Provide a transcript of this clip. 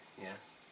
yes